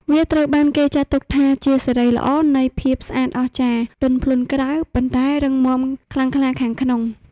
វាត្រូវបានគេចាត់ទុកថាជាសិរីល្អនៃភាពស្អាតអស្ចារ្យ ទន់ភ្លន់ក្រៅ ប៉ុន្តែរឹងមាំខ្លាំងក្លាខាងក្នុង។